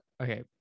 Okay